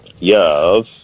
Yes